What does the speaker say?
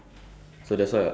like disappear